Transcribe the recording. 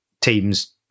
teams